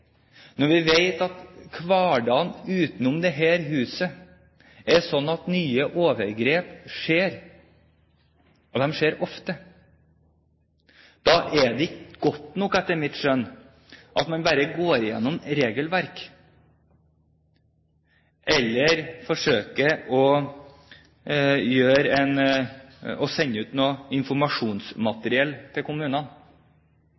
når vi vet at hverdagen utenom dette huset er slik at nye overgrep skjer – og de skjer ofte – er det etter mitt skjønn ikke godt nok at man bare går gjennom regelverk eller forsøker å sende ut noe